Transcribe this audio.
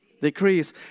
Decrease